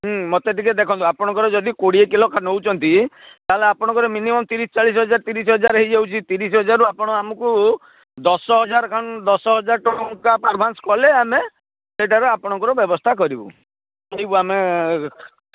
ମୋତେ ଟିକିଏ ଦେଖନ୍ତୁ ଆପଣଙ୍କର ଯଦି କୋଡ଼ିଏ କିଲୋ ନେଉଛନ୍ତି ତା'ହେଲେ ଆପଣଙ୍କର ମିନିମମ୍ ତିରିଶ ଚାଳିଶ ହଜାର ତିରିଶ ହଜାର ହେଇଯାଉଛି ତିରିଶ ହଜାରରୁ ଆପଣ ଆମକୁ ଦଶ ହଜାର ଦଶ ହଜାର ଟଙ୍କା ଆଡ଼ଭାନ୍ସ କଲେ ଆମେ ସେଇଟାରେ ଆପଣଙ୍କର ବ୍ୟବସ୍ଥା କରିବୁ ଯିବୁ ଆମେ